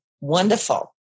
wonderful